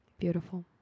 beautiful